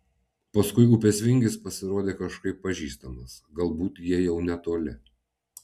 paskui upės vingis pasirodė kažkaip pažįstamas galbūt jie jau netoli